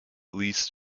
least